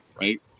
Right